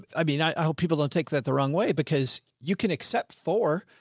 i mean, i hope people don't take that the wrong way because you can accept for,